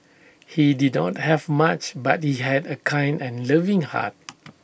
he did not have much but he had A kind and loving heart